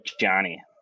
Johnny